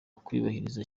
kuyubahiriza